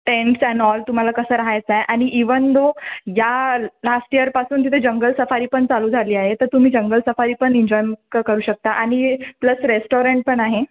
टेंटस and all तुम्हाला कसं रहायचं आहे आणि इवन दो या लास्ट ईयरपासून तिथे जंगल सफारी पण चालू झाली आहे तर तुम्ही जंगल सफारी पण एन्जॉयम् करू शकता आणि प्लस रेस्टॉरंट पण आहे